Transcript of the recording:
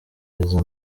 neza